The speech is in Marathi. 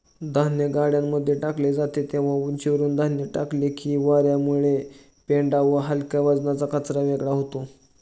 धान्य गाड्यांमध्ये टाकले जाते तेव्हा उंचीवरुन धान्य टाकले की वार्यामुळे पेंढा व हलक्या वजनाचा कचरा वेगळा होतो